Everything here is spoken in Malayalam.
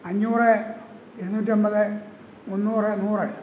അഞ്ഞൂറ് ഇരുനൂറ്റൻപത് മുന്നൂറ് നൂറ്